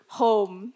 home